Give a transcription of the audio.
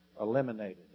eliminated